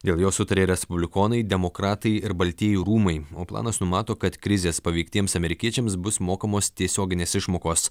dėl jo sutarė respublikonai demokratai ir baltieji rūmai o planas numato kad krizės paveiktiems amerikiečiams bus mokamos tiesioginės išmokos